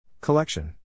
Collection